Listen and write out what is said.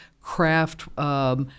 craft